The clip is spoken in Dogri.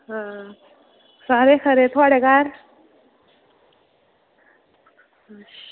हां सारे खरे थुआढ़े घर